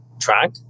track